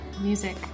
music